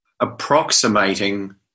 approximating